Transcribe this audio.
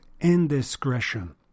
indiscretion